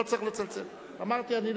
לא